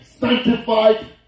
sanctified